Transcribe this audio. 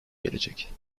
gelecek